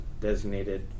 designated